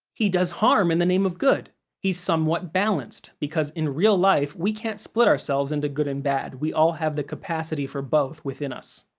he does harm in the name of good he's somewhat balanced, because in real life we can't split ourselves into good and bad. we all have the capacity for both within us.